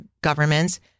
governments